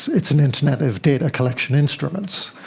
it's an internet of data-collection instruments.